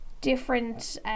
different